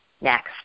next